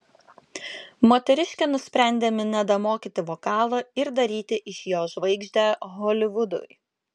moteriškė nusprendė minedą mokyti vokalo ir daryti iš jo žvaigždę holivudui